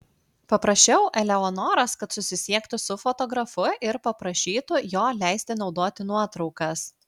paprašiau eleonoros kad susisiektų su fotografu ir paprašytų jo leisti naudoti nuotraukas